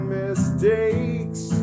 mistakes